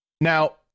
now